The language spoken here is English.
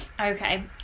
okay